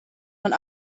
von